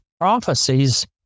prophecies